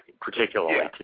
particularly